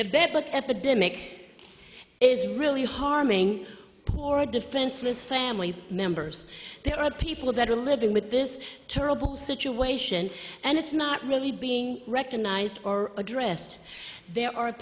bugs bed but epidemic is really harming or defenseless family members there are people that are living with this terrible situation and it's not really being recognized or addressed there are